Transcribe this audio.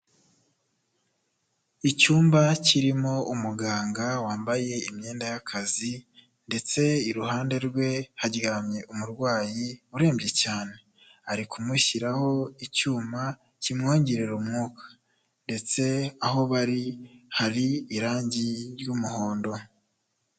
Icyumba kirimo umuganga wambaye imyenda y'akazi ndetse iruhande rwe haryamye umurwayi urembye cyane, ari kumushyiraho icyuma kimwongerera umwuka, ndetse aho bari hari irangi ry'umuhondo.